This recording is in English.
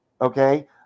okay